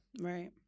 Right